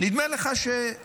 נדמה לך שכן,